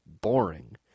boring